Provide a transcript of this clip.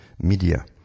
media